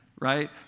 right